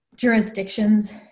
Jurisdictions